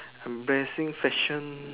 embarrassing fashion